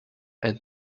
and